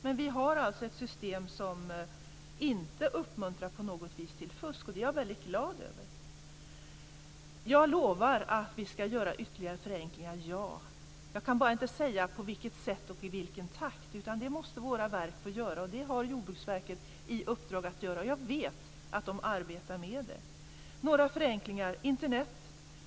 Men vi har alltså ett system som inte på något sätt uppmuntrar till fusk, och det är jag väldigt glad över. Jag lovar att vi ska göra ytterligare förenklingar. Jag kan bara inte säga på vilket sätt och i vilken takt, utan det måste våra verk få göra. Och det har Jordbruksverket i uppdrag att göra, och jag vet att man arbetar med det. Jag ska nämna några förenklingar.